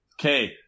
Okay